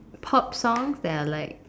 pop songs that are like